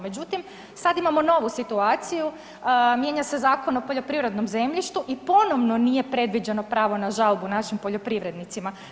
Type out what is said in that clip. Međutim, sad imamo novu situaciju, mijenja se Zakon o poljoprivrednom zemljištu i ponovno nije predviđeno pravo na žalbu našim poljoprivrednicima.